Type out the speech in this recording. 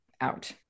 out